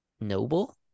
noble